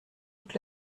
toute